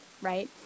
right